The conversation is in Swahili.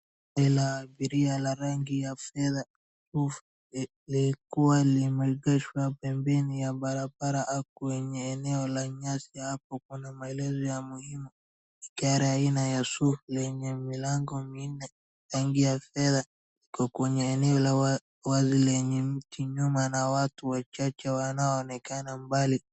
Gari la abiria la rangi ya fedha lilikuwa limeegeshwa pembeni ya barabara au kwenye eneo la nyasi. Hapo kuna maelezo ya muhimu gari aina ya SUV lenye milango minne rangi ya fedha iko kwenye eneo la wazi lenye mti nyuma na watu wachache wanaonekana mbali.